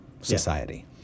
society